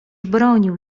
bronił